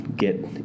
get